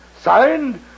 Signed